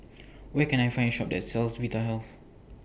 Where Can I Find Shop that sells Vitahealth